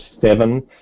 seven